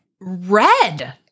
red